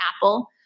Apple